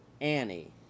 Annie